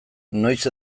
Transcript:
noiz